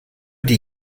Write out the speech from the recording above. die